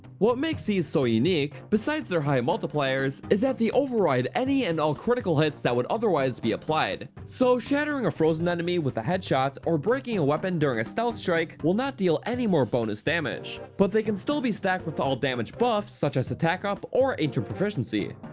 what makes these so unique, besides their high multipliers, is that they override any and all critical hits that would otherwise be applied so shattering a frozen enemy with a headshot or breaking a weapon during a stealth strike will not deal any more bonus damage but they still can be stacked with all damage buffs such as attack up or ancient proficiency.